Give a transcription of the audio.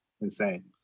insane